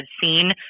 seen